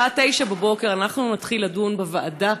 בשעה 09:00 אנחנו נתחיל לדון בוועדה